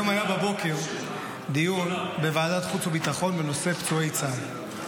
היום בבוקר היה דיון בוועדת החוץ והביטחון בנושא פצועי צה"ל.